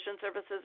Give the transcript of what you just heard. services